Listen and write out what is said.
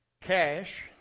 cash